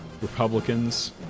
Republicans